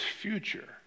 future